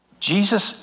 Jesus